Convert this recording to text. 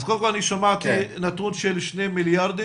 שמעתי נתון של שני מיליארד.